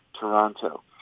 Toronto